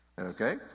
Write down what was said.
Okay